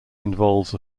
involves